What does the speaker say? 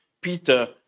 Peter